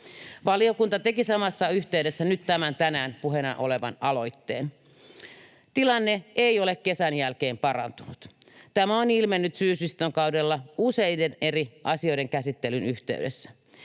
Valiokunta teki samassa yhteydessä nyt tämän tänään puheena olevan aloitteen. Tilanne ei ole kesän jälkeen parantunut. Tämä on ilmennyt syysistuntokaudella useiden eri asioiden käsittelyn yhteydessä.